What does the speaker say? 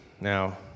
Now